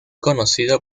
conocido